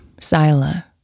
Sila